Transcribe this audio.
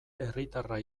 herritarra